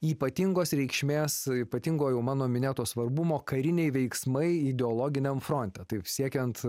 ypatingos reikšmės ypatingojo mano minėto svarbumo kariniai veiksmai ideologiniam fronte taip siekiant